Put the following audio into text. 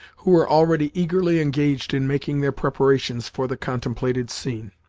who were already eagerly engaged in making their preparations for the contemplated scene.